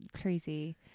crazy